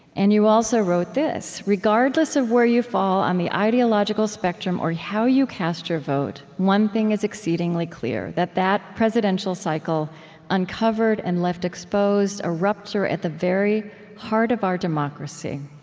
and you also wrote this regardless of where you fall on the ideological spectrum or how you cast your vote, one thing is exceedingly clear that that presidential cycle uncovered and left exposed a rupture at the very heart of our democracy.